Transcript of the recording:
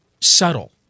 subtle